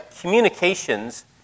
communications